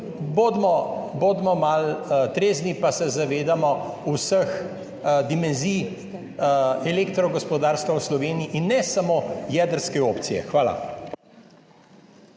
bodimo malo trezni, pa se zavedajmo vseh dimenzij elektrogospodarstva v Sloveniji in ne samo jedrske opcije. Hvala.